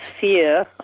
fear